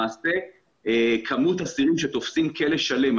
למעשה כמות האסירים שתופסים כלא שלם,